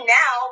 now